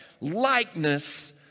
likeness